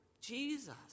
Jesus